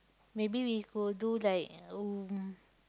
maybe we could do like um